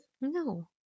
No